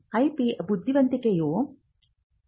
IP ಬುದ್ಧಿವಂತಿಕೆಯು ನಿಯೋಜಿಸಲಾಗದ ವಿಷಯವಾಗಿದೆ